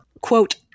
quote